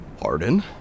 Pardon